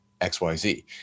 xyz